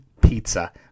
pizza